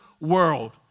world